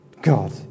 God